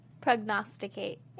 Prognosticate